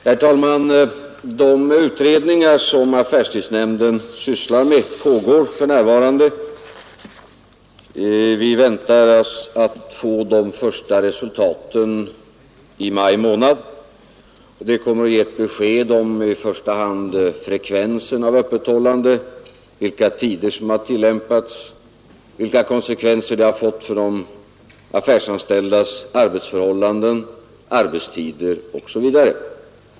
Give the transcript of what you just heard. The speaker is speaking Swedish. Herr talman! De utredningar som affärstidsnämnden fått i uppdrag att göra pågår för närvarande. Vi väntar de första resultaten i maj månad. Dessa kommer i första hand att ge ett besked om frekvensen av öppethållande, under vilka tider man har haft öppet, vilka konsekvenser öppethållandet har fått för de affärsanställdas arbetsförhållanden, arbetstider osv.